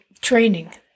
training